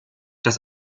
dass